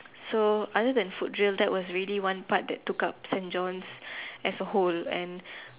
so other than foot drill that is one part that took up Saint-John's as a whole